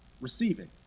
receiving